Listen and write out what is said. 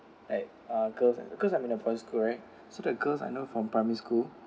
like uh girls because I'm in a poly school right so the girls I know from primary school